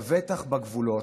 לבטח בגבולות,